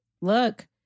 look